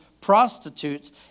prostitutes